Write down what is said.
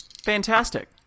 Fantastic